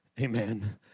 Amen